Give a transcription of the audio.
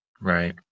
Right